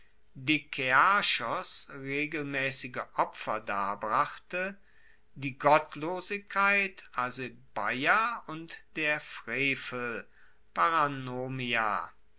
regelmaessige opfer darbrachte die gottlosigkeit asebeia und der frevel